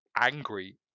angry